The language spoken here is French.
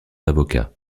d’avocat